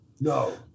No